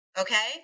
okay